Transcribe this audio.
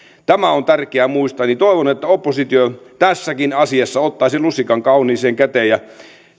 tämä on tärkeää muistaa eli toivon että oppositio tässäkin asiassa ottaisi lusikan kauniiseen käteen ja